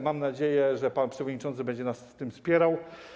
Mam nadzieję, że pan przewodniczący będzie nas w tym wspierał.